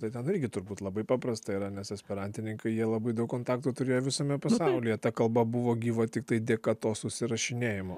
tai ten irgi turbūt labai paprasta yra nes esperantininkai jie labai daug kontaktų turėjo visame pasaulyje ta kalba buvo gyva tiktai dėka to susirašinėjimo